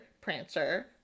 Prancer